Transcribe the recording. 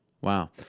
Wow